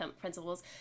principles